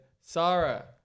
Sarah